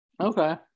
okay